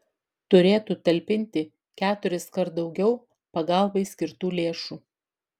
turėtų talpinti keturiskart daugiau pagalbai skirtų lėšų